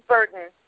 Burton